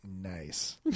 nice